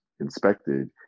inspected